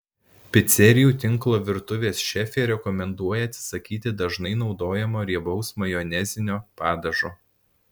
picerijų tinklo virtuvės šefė rekomenduoja atsisakyti dažnai naudojamo riebaus majonezinio padažo